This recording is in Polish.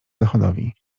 zachodowi